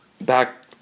back